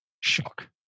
shock